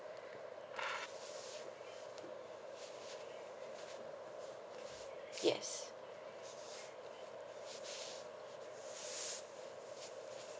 yes